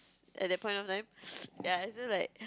at that point of time ya I still like